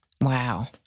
Wow